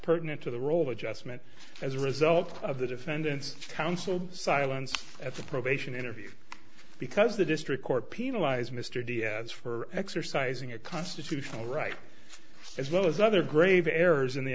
pertinent to the role of adjustment as a result of the defendant's counsel silence at the probation interview because the district court penalized mr d s for exercising a constitutional right as well as other grave errors in the